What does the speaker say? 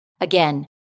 Again